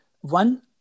one